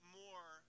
more